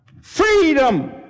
Freedom